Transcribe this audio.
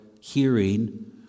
hearing